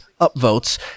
upvotes